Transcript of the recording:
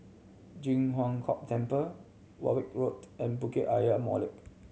Ji Huang Kok Temple Warwick Road and Bukit Ayer Molek